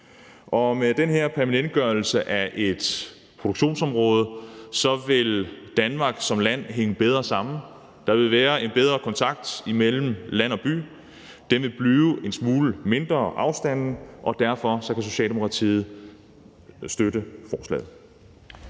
Med den her permanentgørelse af et produktionsområde vil Danmark som land hænge bedre sammen. Der vil være en bedre kontakt imellem land og by. Afstanden vil blive en smule mindre, og derfor kan Socialdemokratiet støtte forslaget.